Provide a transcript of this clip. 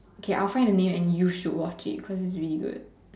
okay I'll find the name and you should watch it cause it's really good